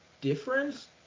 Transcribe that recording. difference